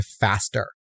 faster